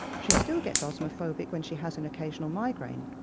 she still gets osmophobic when she has an occasional migraine,